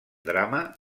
drama